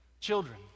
children